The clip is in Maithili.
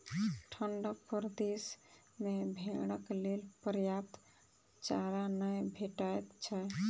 ठंढा प्रदेश मे भेंड़क लेल पर्याप्त चारा नै भेटैत छै